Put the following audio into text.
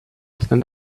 stand